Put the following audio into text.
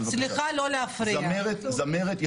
עם הרבנים הראשיים לישראל.